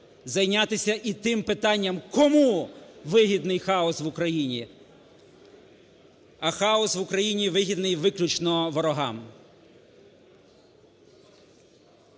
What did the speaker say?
зайнятися і тим питанням, кому вигідний хаос в Україні? А хаос в Україні вигідний виключно ворогам.